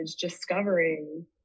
discovering